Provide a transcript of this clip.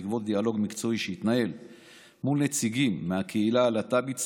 בעקבות דיאלוג מקצועי שהתנהל מול נציגים מהקהילה הלהט"בית,